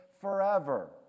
forever